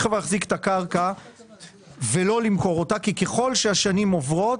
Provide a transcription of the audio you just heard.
ולהחזיק את הקרקע ולא למכור אותה כי ככל שהשנים עוברות,